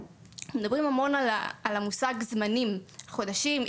אנחנו מדברים המון על המושג זמנים: חודשים,